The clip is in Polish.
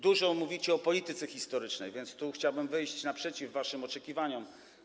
Dużo mówicie o polityce historycznej, więc tu chciałbym wyjść naprzeciw waszym oczekiwaniom.